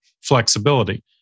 flexibility